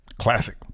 classic